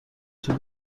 طول